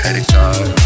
anytime